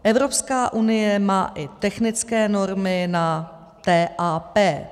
Evropská unie má i technické normy na TAP.